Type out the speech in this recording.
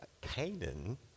Canaan